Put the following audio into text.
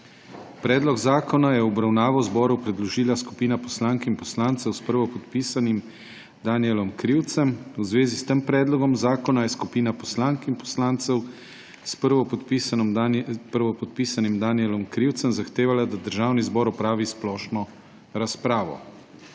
Predlog zakona je v obravnavo zboru predložila skupina poslank in poslancev s prvopodpisanim Danijelom Krivcem. V zvezi s tem predlogom zakona je skupina poslank in poslancev s prvopodpisanim Danijelom Krivcem zahtevala, da Državni zbor opravi splošno razpravo.